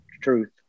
truth